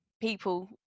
people